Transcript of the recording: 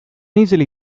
easily